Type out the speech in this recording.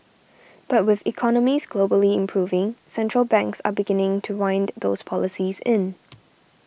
but with economies globally improving central banks are beginning to wind those policies in